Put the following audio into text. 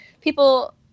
people